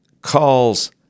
calls